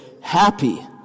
happy